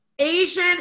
Asian